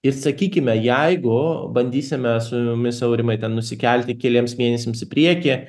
ir sakykim jeigu bandysime su jumis aurimai ten nusikelti keliems mėnesiams į priekį